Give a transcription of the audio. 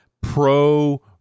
pro